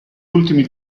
ultimi